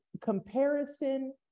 comparison